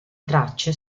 tracce